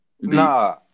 Nah